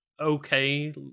okay